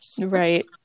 right